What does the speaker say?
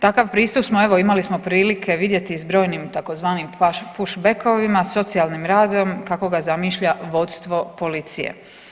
Takav pristup smo evo imali smo prilike vidjeti i s brojnim tzv. push backovima, socijalnim radom kako ga zamišlja vodstvo policije.